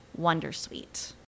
wondersuite